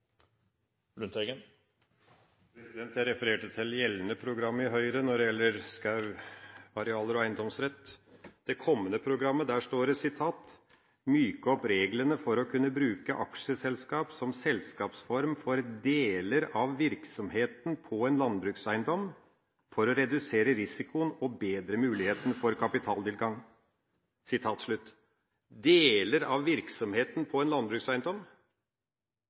minutt. Jeg refererte til gjeldende program i Høyre når det gjelder skauarealer og eiendomsrett. I det kommende programmet står det: myke opp reglene for å kunne bruke aksjeselskap som selskapsform for deler av virksomheten på en landbrukseiendom – for å redusere risikoen og bedre muligheten for kapitaltilgang.» Deler av virksomheten på en landbrukseiendom!